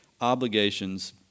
obligations